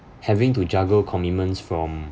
having to juggle commitments from